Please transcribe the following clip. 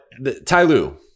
Tyloo